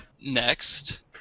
Next